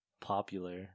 popular